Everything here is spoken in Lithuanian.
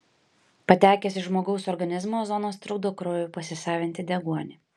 patekęs į žmogaus organizmą ozonas trukdo kraujui pasisavinti deguonį